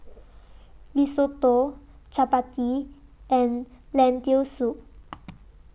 Risotto Chapati and Lentil Soup